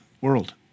world